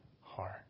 heart